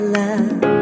love